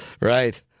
Right